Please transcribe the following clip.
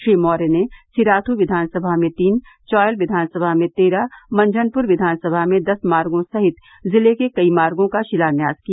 श्री मौर्य ने सिराथू विधानसभा में तीन चायल विधानसभा में तेरह मंझनपुर विधानसभा में दस मार्गो सहित जिले के कई मार्गो का शिलान्यास किया